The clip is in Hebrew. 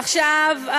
עכשיו,